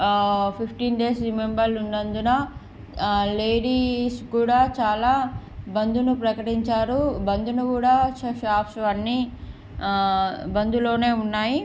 ఆ fifteen days రిమైండర్లో ఉన్నందున లేడిస్ కూడా చాలా బంద్ను ప్రకటించారు బంద్ను కూడా షాప్స్ అన్నీ బంద్లోఉన్నాయి